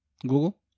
Google